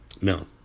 No